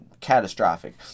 catastrophic